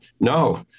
No